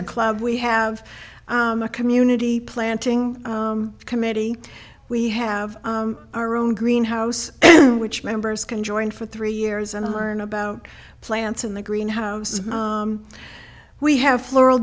the club we have a community planting committee we have our own greenhouse which members can join for three years and learn about plants in the greenhouses we have floral